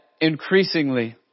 increasingly